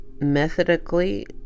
methodically